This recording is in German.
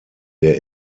der